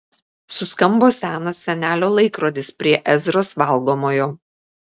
suskambo senas senelio laikrodis prie ezros valgomojo